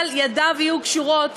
אבל ידיו יהיו קשורות,